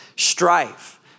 strife